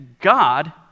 God